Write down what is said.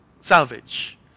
salvage